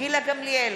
גילה גמליאל,